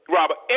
Robert